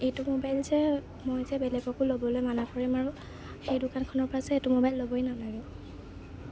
এইটো মোবাইল যে মই যে বেলেগকো ল'বলৈ মানা কৰিম আৰু সেই দোকানখনৰপৰা যে এইটো মোবাইল ল'বই নালাগে